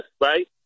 right